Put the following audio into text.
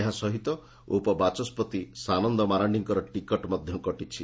ଏହା ସହିତ ଉପବାଚସ୍ୱତି ସାନନ ମାରାଣିଙ୍କର ଟିକେଟ୍ ମଧ୍ଧ କଟିଛି